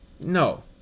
No